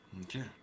Okay